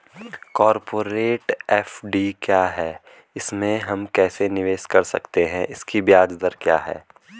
Corporate FD क्या है इसमें हम कैसे निवेश कर सकते हैं इसकी ब्याज दर क्या है?